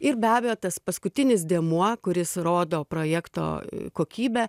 ir be abejo tas paskutinis dėmuo kuris rodo projekto kokybę